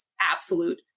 absolute